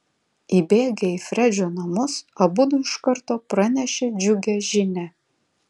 įbėgę į fredžio namus abudu iš karto pranešė džiugią žinią